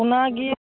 ᱚᱱᱟᱜᱮ